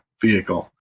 vehicle